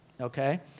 okay